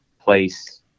place